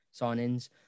signings